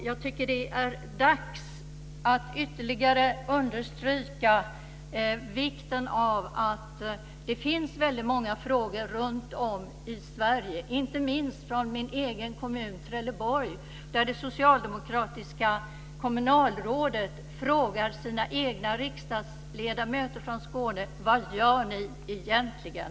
Jag tycker att det är dags att ytterligare understryka att det finns väldigt många frågor runtom i Sverige, inte minst i min egen kommun Trelleborg, där det socialdemokratiska kommunalrådet frågar sina egna riksdagsledamöter från Skåne: Vad gör ni egentligen?